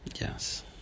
Yes